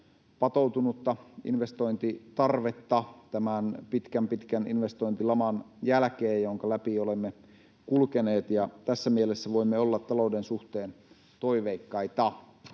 patoutunutta investointitarvetta tämän pitkän pitkän investointilaman jälkeen, jonka läpi olemme kulkeneet. Tässä mielessä voimme olla talouden suhteen toiveikkaita.